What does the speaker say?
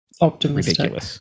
optimistic